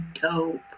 dope